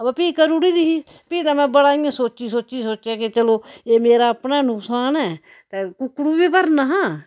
अवा फ्ही करुड़ी दी ही फ्ही में बड़ा इ'यां सोची सोची सोचेआ कि चलो एह् मेरा अपना नकसान ऐ ते कुकड़ु बी भरना हा